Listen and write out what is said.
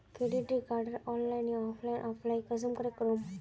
Credit कार्डेर online या offline apply कुंसम करे करूम?